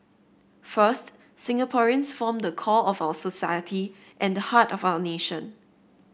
first Singaporeans form the core of our society and the heart of our nation